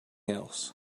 else